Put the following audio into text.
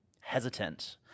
hesitant